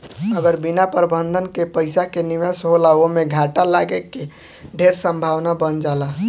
अगर बिना प्रबंधन के पइसा के निवेश होला ओमें घाटा लागे के ढेर संभावना बन जाला